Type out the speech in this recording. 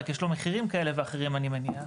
רק יש לו מחירים כאלה ואחרים אני מניח.